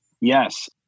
Yes